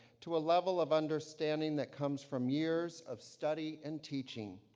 to a level of understanding that comes from years of study and teaching.